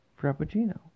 frappuccino